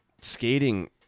skating